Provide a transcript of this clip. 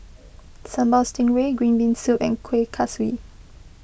Sambal Stingray Green Bean Soup and Kuih Kaswi